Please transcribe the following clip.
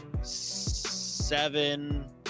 seven